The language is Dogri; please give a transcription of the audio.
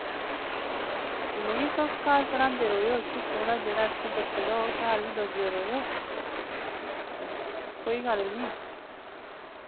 नेईं तुस घर पढ़ांदे रवेओ उसी थोह्ड़ा जेह्ड़ा इत्थै दस्से दा होग घर बी दसदे रवेओ कोई गल्ल नि